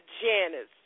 Janice